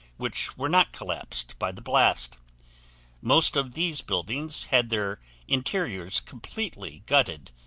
which were not collapsed by the blast most of these buildings had their interiors completely gutted,